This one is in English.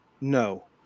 no